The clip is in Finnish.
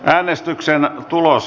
äänestyksen tulos